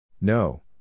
No